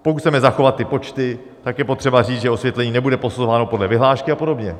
Pokud chceme zachovat ty počty, tak je potřeba říct, že osvětlení nebude posuzováno podle vyhlášky, apod.